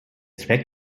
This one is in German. zweck